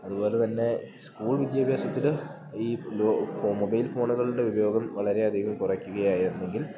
അതുപോലെ തന്നെ സ്കൂൾ വിദ്യാഭ്യാസത്തില് ഈ മൊബൈൽ ഫോണുകൾടെ ഉപയോഗം വളരെ അധികം കൊറക്കുകയായിരുന്നെങ്കിൽ